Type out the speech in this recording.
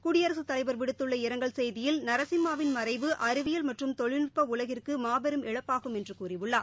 குடியரசுத் தலைவா் விடுத்துள்ள இரங்கல் செய்தியில் நரசிம்மாவின் மறைவு அறிவியல் மற்றும் தொழில்நுடப உலகிற்கு மாபெரும் இழப்பாகும் என்று கூறியுள்ளார்